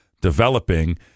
developing